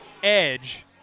edge